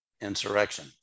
insurrection